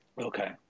Okay